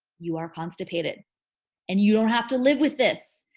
you are constipated and you don't have to live with this.